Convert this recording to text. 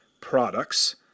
products